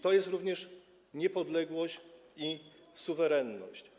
To jest również niepodległość i suwerenność.